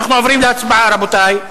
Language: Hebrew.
אנחנו עוברים להצבעה, רבותי.